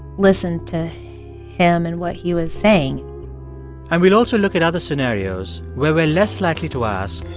listen to him and what he was saying and we'll also look at other scenarios where we're less likely to ask,